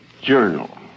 Journal